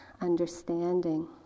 understanding